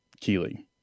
Keely